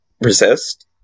resist